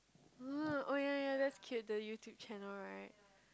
uh oh yea yea that's cute the YouTube channel right